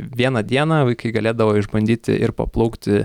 vieną dieną vaikai galėdavo išbandyti ir paplaukti